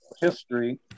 history